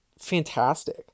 fantastic